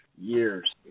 years